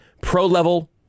pro-level